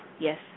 Yes